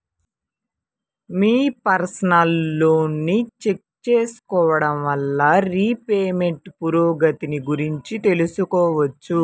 మీ personal లోన్ని check చేసుకోడం వల్ల రీపేమెంట్ పురోగతిని గురించి తెలుసుకోవచ్చు